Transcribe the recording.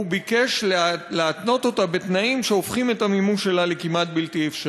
הוא ביקש להתנות אותה בתנאים שהופכים את המימוש שלה לכמעט בלתי אפשרי.